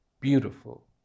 beautiful